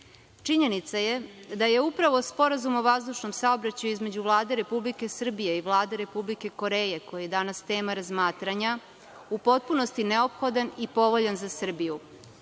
vremena. Činjenica je da je upravo sporazum o vazdušnom saobraćaju između Vlade Republike Srbije i Vlade Republike Koreje koji je danas tema razmatranja u potpunosti neophodan i povoljan za Srbiju.